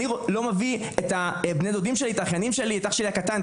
אני לא מביא את בני הדודים שלי האחיינים שלי את אח שלי הקטן,